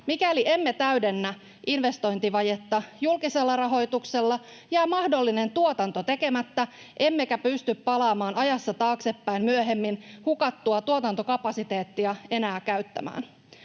Mikäli emme täydennä investointivajetta julkisella rahoituksella, jää mahdollinen tuotanto tekemättä emmekä pysty myöhemmin palaamaan enää ajassa taaksepäin hukattua tuotantokapasiteettia käyttämään.